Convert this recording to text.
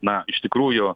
na iš tikrųjų